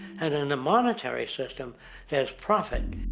and in a monetary system there's profit.